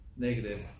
negative